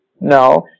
No